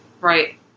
right